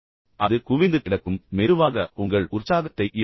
எனவே அது குவிந்து கிடக்கும் பின்னர் மெதுவாக உங்கள் உற்சாகத்தை இழப்பீர்கள்